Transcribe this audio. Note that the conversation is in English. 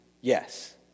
Yes